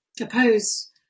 oppose